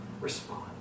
respond